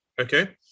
Okay